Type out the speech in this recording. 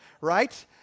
right